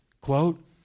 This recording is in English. quote